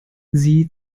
sie